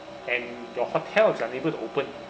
and your hotel is unable to open